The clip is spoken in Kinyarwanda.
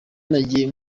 nagiye